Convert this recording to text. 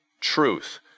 truth